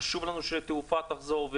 חשוב לנו שהתעופה תשוב,